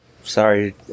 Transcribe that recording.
Sorry